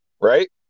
Right